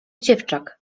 dziewczak